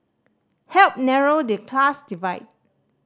help narrow the class divide